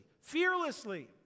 Fearlessly